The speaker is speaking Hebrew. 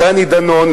דני דנון,